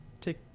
take